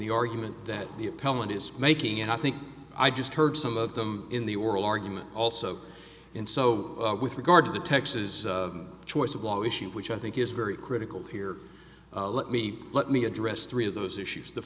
the argument that the appellant is making and i think i just heard some of them in the oral argument also and so with regard to the texas choice of law issue which i think is very critical here let me let me address three of those issues the